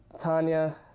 Tanya